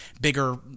bigger